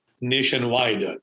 nationwide